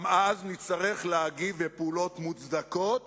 גם אז נצטרך להגיב בפעולות מוצדקות